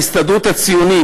ההסתדרות הציונית,